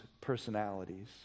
personalities